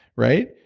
right?